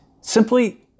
Simply